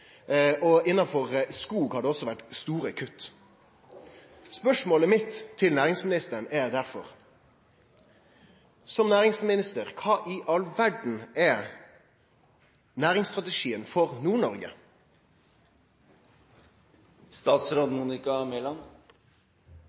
og innanfor skog har det også vore store kutt. Spørsmålet mitt til næringsministeren er derfor: Som næringsminister, kva i all verda er næringsstrategien for